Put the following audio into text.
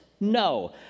No